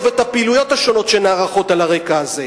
ואת הפעילויות השונות שנערכות על הרקע הזה.